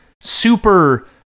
super